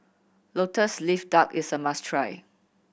Lotus Leaf Duck is a must try